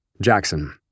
Jackson